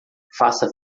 faça